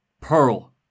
Pearl